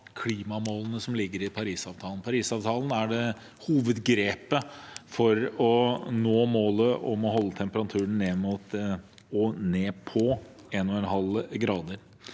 klimamålene som ligger i Parisavtalen. Parisavtalen er hovedgrepet for å nå målet om å holde temperaturstigningen ned mot 1,5 grader.